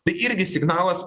tai irgi signalas